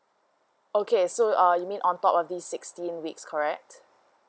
okay so uh you mean on top of this sixteen weeks correct